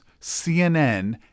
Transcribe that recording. CNN